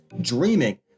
dreaming